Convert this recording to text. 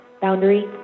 Boundary